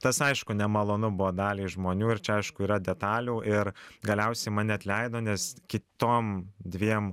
tas aišku nemalonu buvo daliai žmonių ir čia aišku yra detalių ir galiausiai mane atleido nes kitom dviem